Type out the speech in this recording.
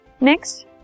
Next